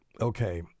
okay